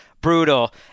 brutal